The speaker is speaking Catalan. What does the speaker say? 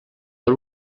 per